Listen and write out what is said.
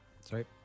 Sorry